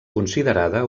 considerada